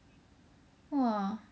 !wah!